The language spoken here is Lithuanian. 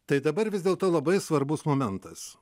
tai dabar vis dėl to labai svarbus momentas